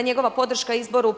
je njegova podrška izboru